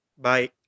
Bye